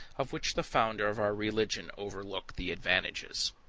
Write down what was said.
of which the founder of our religion overlooked the advantages.